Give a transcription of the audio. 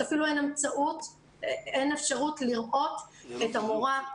שאפילו אין אפשרות לראות את המורה,